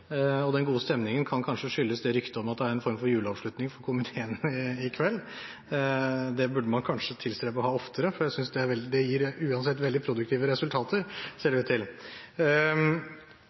alle. Den gode stemningen kan kanskje skyldes ryktet om at det er en form for juleavslutning for komiteene i kveld. Det burde man kanskje tilstrebe å ha oftere, for det gir uansett veldig produktive resultater, ser det ut til.